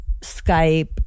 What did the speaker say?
Skype